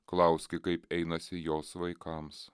klauski kaip einasi jos vaikams